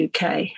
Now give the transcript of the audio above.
UK